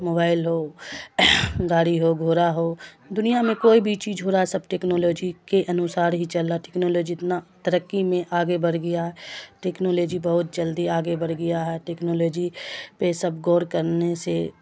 mobile ہو گاڑی ہو گھوڑا ہو دنیا میں کوئی بھی چیز ہو رہا سب ٹکنالوجی کے انوسار ہی چل رہا ٹکنالوجی اتنا ترقی میں آگے بڑھ گیا ہے ٹکنالوجی بہت جلدی آگے بڑھ گیا ہے ٹکنالوجی پہ سب غور کرنے سے